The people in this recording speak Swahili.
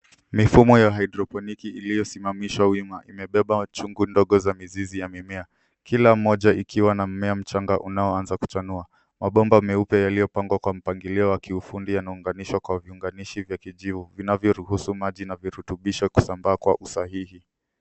Mifumo ya haidropniki iliyosimamishwa wima imebeba chungu ndogo za mizizi ya mimea. Kila mmoja ikiwa na mmea mchanga unaoanza kuchanua. Mabomba meupe yaliyopangwa kwa mpangilio wa kiufundi yanaunganishwa kwa viunganishi vya kijivu vinavyoruhusu maji na virutubishi kusambaa kwa usahihi.